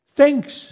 thanks